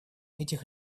этих